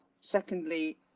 secondly